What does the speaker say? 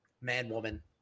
man-woman